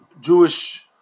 Jewish